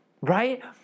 Right